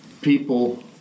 People